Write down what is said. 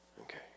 Okay